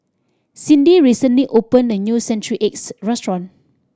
Cindy recently opened a new century eggs restaurant